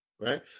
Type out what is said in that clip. right